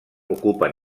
ocupen